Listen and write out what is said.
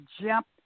jump